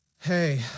hey